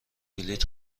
بلیط